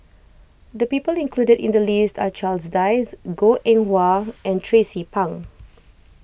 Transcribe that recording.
the people included in the list are Charles Dyce Goh Eng Wah and Tracie Pang